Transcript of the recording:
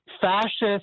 fascist